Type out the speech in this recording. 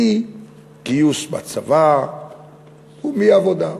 מגיוס בצבא ומעבודה.